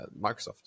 Microsoft